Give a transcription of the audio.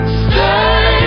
stay